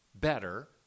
better